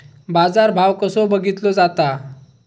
बाजार भाव कसो बघीतलो जाता?